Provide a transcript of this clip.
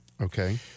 Okay